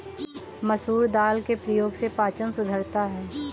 मसूर दाल के प्रयोग से पाचन सुधरता है